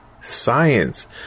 science